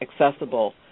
accessible